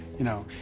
you know,